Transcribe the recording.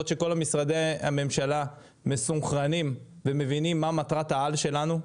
לראות שכל משרדי הממשלה מסונכרנים ומבינים מה מטרת העל שלנו.